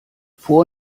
vor